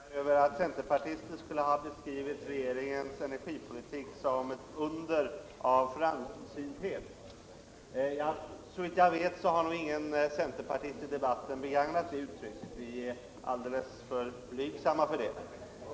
Herr talman! Jag instämmer däremot inte. Olle Svensson klagade i sitt inlägg över att centerpartister skulle ha beskrivit regeringens energipolitik som ett under av framsynthet. Såvitt jag vet har ingen centerpartist begagnat det uttrycket i debatten — vi är alldeles för blygsamma för det.